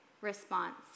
response